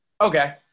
Okay